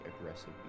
aggressive